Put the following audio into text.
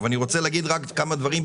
אבל אני רוצה להגיד רק כמה דברים,